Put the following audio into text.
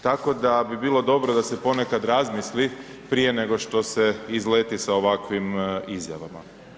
Tako da bi bilo dobro da se ponekad razmisli prije nego što se izleti sa ovakvim izjavama.